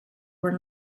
were